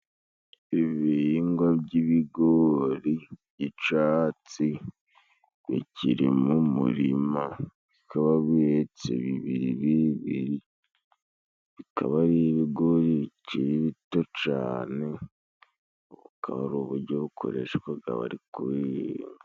Ibihingwa by'ibigori, icatsi bikiri mu murima bikaba bihetse bibiri bibiri, bikaba ari ibigori biciri bito cane ukaba ari uburyo bukoreshwaga bari kubibiba.